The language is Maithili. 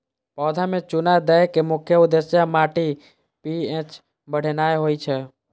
पौधा मे चूना दै के मुख्य उद्देश्य माटिक पी.एच बढ़ेनाय होइ छै